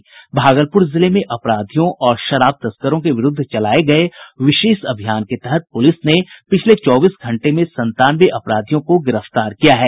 भागलपुर जिले में अपराधियों और शराब तस्करों के विरुद्ध चलाये गये विशेष अभियान के तहत पुलिस ने पिछले चौबीस घंटे में संतानवे अपराधियों को गिरफ्तार किया गया है